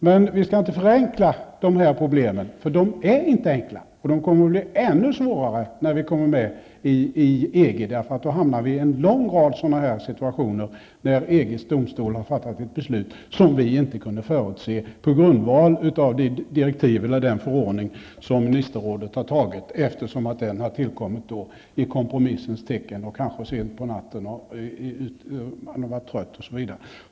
Men vi skall inte förenkla dessa problem, eftersom de inte är enkla. Det kommer att bli ännu svårare när vi kommer med i EG, eftersom vi då hamnar i en lång rad av situationer då EGs domstol fattat ett beslut som vi inte kunnat förutse på grundval av de direktiv eller den förordning som ministerrådet fattat beslut om. Den kan ha tillkommit i kompromissens tecken, kanske sent på natten när man varit trött osv.